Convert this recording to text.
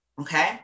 okay